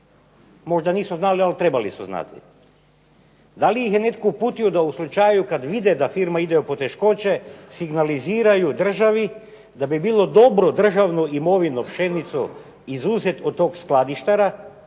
Možda nisu znali, ali trebali su znati. Da li ih je netko uputio da u slučaju kad vide da firma ide u poteškoće signaliziraju državi da bi bilo dobro državnu imovinu, pšenicu izuzet od tog skladištara